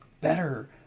better